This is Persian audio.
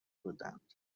بودند